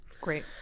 Great